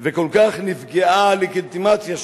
וכל כך נפגעה הלגיטימציה שלו.